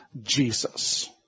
Jesus